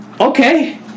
okay